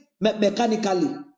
mechanically